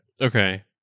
Okay